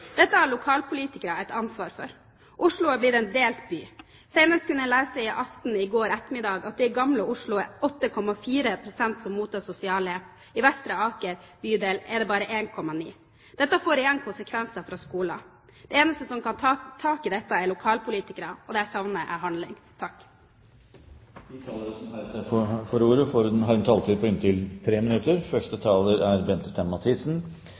Dette har lokalpolitikere et ansvar for. Oslo er blitt en delt by. Man kunne lese i Aftenposten Aften senest i går ettermiddag at i Gamle Oslo er det 8,4 pst. som mottar sosialhjelp. I Vestre Aker bydel er det bare 1,9 pst. Dette får igjen konsekvenser for skolene. De eneste som kan ta tak i dette, er lokalpolitikere, og der savner jeg handling. De talere som heretter får ordet, har en taletid på inntil 3 minutter. Norge skårer høyt på levekårsindekser og er